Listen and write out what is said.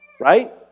right